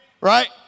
Right